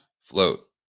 float